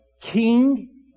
King